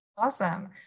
Awesome